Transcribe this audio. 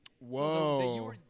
Whoa